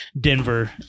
Denver